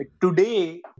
Today